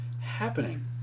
happening